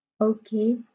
Okay